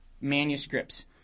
manuscripts